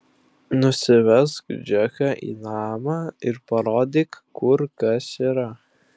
nusivesk džeką į namą ir parodyk kur kas yra